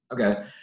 Okay